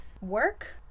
work